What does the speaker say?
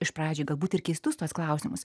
iš pradžių galbūt ir keistus tuos klausimus